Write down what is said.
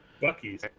Bucky's